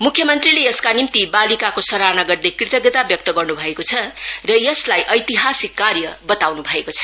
मुख्य मंत्रीले यसका निम्ति बालिकाको सराहना गर्दै कृतज्ञता व्यक्त गर्नु भएको छ र यसलाई एतिहासिक कार्य बताउनु भएको छ